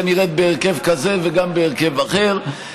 נראית בהרכב כזה וגם בהרכב אחר.